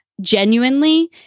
genuinely